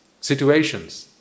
situations